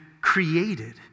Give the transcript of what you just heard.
created